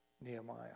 Nehemiah